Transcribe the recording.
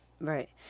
Right